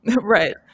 Right